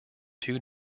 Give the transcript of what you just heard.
two